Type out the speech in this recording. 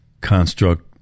construct